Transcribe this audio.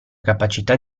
capacità